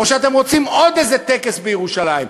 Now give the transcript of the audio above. או שאתם רוצים עוד איזה טקס בירושלים?